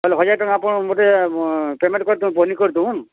ବୋଲେ ହଜାର୍ ଟଙ୍କା ଆପଣ ମୋତେ ପେମେଣ୍ଟ କରିଦେଉନ୍ ବହିନି କରିଦେଉନ୍